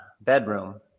bedroom